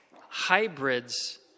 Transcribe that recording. hybrids